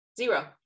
Zero